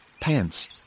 pants